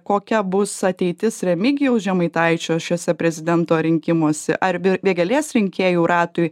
kokia bus ateitis remigijaus žemaitaičio šiuose prezidento rinkimuose ar vėgėlės rinkėjų ratui